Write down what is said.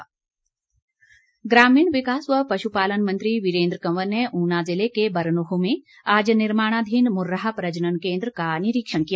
वीरेन्द्र कंवर ग्रामीण विकास व पशुपालन मंत्री वीरेन्द्र कंवर ने ऊना ज़िले के बरनोह में आज निर्माणाधीन मुर्राह प्रजनन केन्द्र का निरीक्षण किया